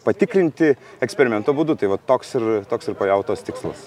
patikrinti eksperimento būdu tai vat toks ir toks ir pajautos tikslas